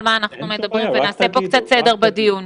מה אנחנו מדברים ונעשה קצת סדר בדיון.